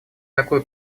такую